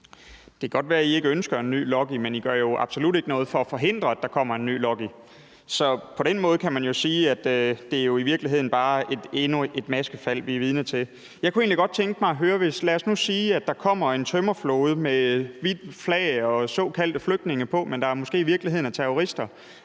Det kan godt være, I ikke ønsker en ny Lucky, men I gør jo absolut ikke noget for at forhindre, at der kommer en ny Lucky. Så på den måde kan man sige, at det jo i virkeligheden bare er endnu et maskefald, vi er vidner til. Jeg kunne egentlig godt tænke mig at høre ordføreren om noget. Lad os nu sige, at der kommer en tømmerflåde med hvidt flag og såkaldte flygtninge på og det måske i virkeligheden er terrorister.